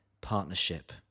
partnership